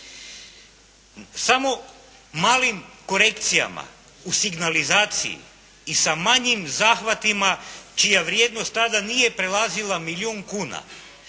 Samo malim korekcijama u signalizaciji i sa manjim zahvatima čija vrijednost tada nije prelazila milijun kuna